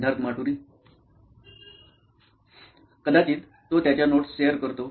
सिद्धार्थ माटुरी मुख्य कार्यकारी अधिकारी नॉइन इलेक्ट्रॉनिक्स कदाचित तो त्याच्या नोट्स शेअर करतो